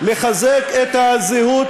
כבוד השר,